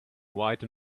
white